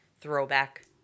throwback